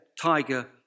tiger